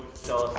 so